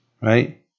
right